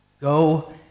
Go